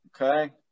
Okay